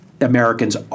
Americans